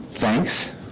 Thanks